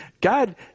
God